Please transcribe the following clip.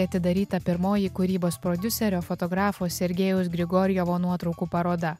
atidaryta pirmoji kūrybos prodiuserio fotografo sergejaus grigorjevo nuotraukų paroda